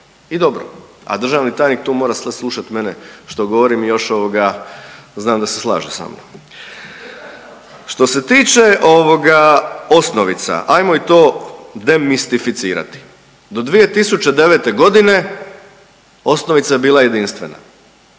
premijer, a državni tajni tu mora sad slušati mene što govorim i još ovoga znam da se slaže sa mnom. Što se tiče ovoga osnovica, ajmo i to demistificirati. Do 2009. godine osnovica je bila jedinstvena,